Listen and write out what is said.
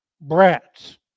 Brats